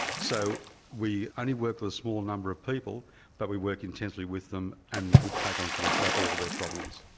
so we only work with a small number of people but we work intensely with them and we take on sort of like all of their problems.